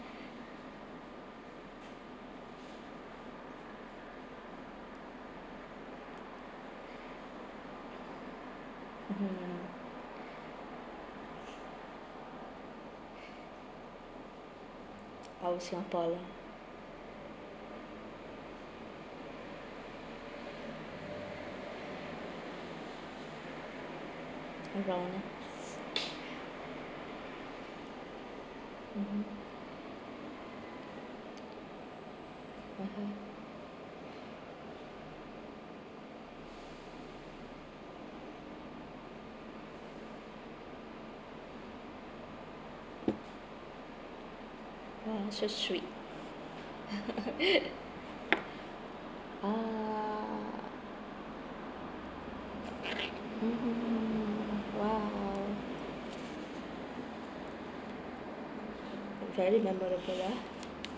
mmhmm our singapore mmhmm (uh huh) !wah! so sweet ah mmhmm !wow! very memorable ah